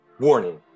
Warning